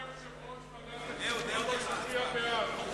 אני קובע